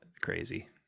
Crazy